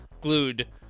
glued